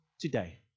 today